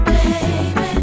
Baby